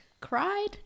cried